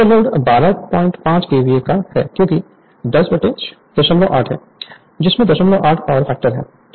Refer Slide Time 3335 तो load 12 point 5 KVA है क्योंकि 10 08 है जिसमें 08 पावर फैक्टर है